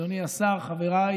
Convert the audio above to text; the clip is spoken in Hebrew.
אדוני השר, חבריי